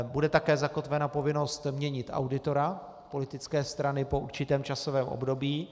Bude také zakotvena povinnost měnit auditora politické strany po určitém časovém období.